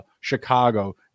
Chicago